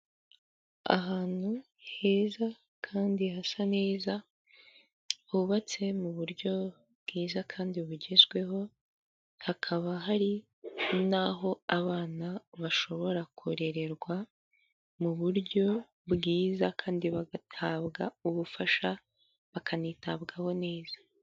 Ahantu heza kandi hasa neza hubatse mu buryo bwiza kandi bugezweho, hakaba hari n'aho abana bashobora kurererwa mu buryo bwiza kandi bagahabwa ubufasha bakanitabwaho neza.